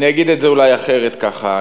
אני אגיד את זה אולי אחרת, ככה: